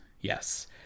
yes